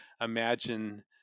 imagine